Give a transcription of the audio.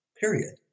period